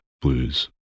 blues